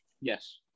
Yes